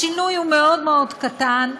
השינוי הוא מאוד מאוד קטן,